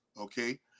Okay